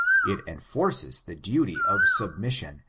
it enforces the duty of submission,